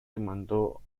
demandó